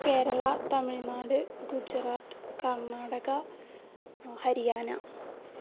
Kerala Tamil Nadu Gujarat Karnataka Haryana